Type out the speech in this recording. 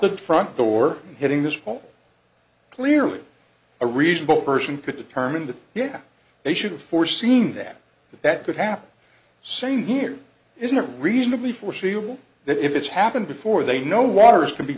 the front door hitting this will clearly a reasonable person could determine that they should have foreseen that that could happen same here is a reasonably foreseeable that if it's happened before they know water's can be